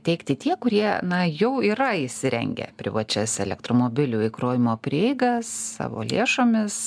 teikti tie kurie na jau yra įsirengę privačias elektromobilių įkrovimo prieigas savo lėšomis